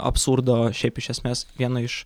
absurdo šiaip iš esmės vieno iš